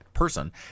person